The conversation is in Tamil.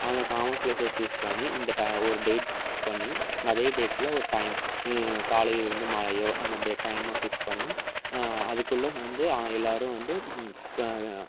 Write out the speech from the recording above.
அந்த காமன் ப்ளேஸை சூஸ் பண்ணி இந்த ஒரு டேட் பிக்ஸ் பண்ணி அதே டேட்டில் ஒரு டைம் காலையிலேருந்து மாலையோ அந்த டே டைமை பிக்ஸ் பண்ணி அதுக்குள்ளே வந்து அவங்க எல்லோரும் வந்து